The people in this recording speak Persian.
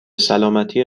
سلامتی